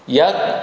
ह्या